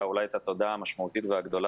אולי את התודה המשמעותית והגדולה,